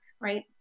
Right